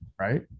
Right